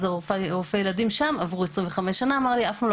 אז הרופא שם אמר לי שעברו 25 שנים ואף פעם לא